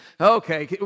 okay